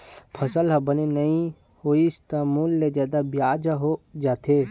फसल ह बने नइ होइस त मूल ले जादा बियाज ह हो जाथे